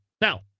Now